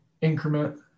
increment